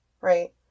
Right